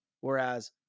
Whereas